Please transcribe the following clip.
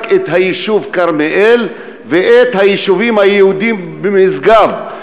את היישוב כרמיאל ואת היישובים היהודיים במשגב,